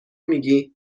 میگی